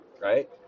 right